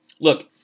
Look